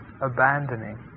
abandoning